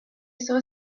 saw